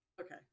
Okay